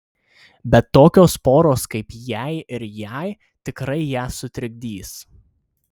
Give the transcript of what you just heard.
bet tokios poros kaip jei ir jai tikrai ją sutrikdys